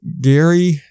Gary